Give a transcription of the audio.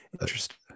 interesting